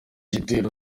igitero